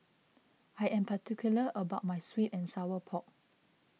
I am particular about my Sweet and Sour Pork